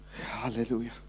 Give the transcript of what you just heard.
Hallelujah